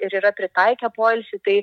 ir yra pritaikę poilsiui tai